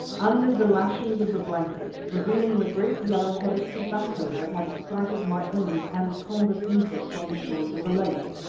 undid the lashings of the blanket, revealing the great yellow head of tobacco that had excited my own and komba's interest on the shores of the lake.